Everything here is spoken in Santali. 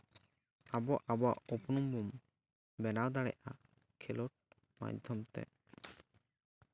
ᱟᱵᱚ ᱟᱵᱚᱣᱟᱜ ᱩᱯᱨᱩᱢ ᱵᱚᱱ ᱵᱮᱱᱟᱣ ᱫᱟᱲᱮᱜᱼᱟ ᱠᱷᱮᱞᱚᱰ ᱢᱟᱫᱽᱫᱷᱚᱢ ᱛᱮ